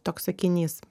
toks sakinys